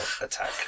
attack